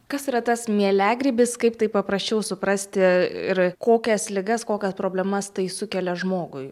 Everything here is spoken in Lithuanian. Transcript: kas yra tas mieliagrybis kaip tai paprasčiau suprasti ir kokias ligas kokias problemas tai sukelia žmogui